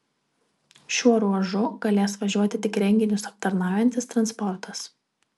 šiuo ruožu galės važiuoti tik renginius aptarnaujantis transportas